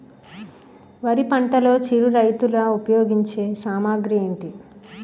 వరి పంటలో చిరు రైతులు ఉపయోగించే సామాగ్రి ఏంటి?